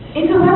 isn't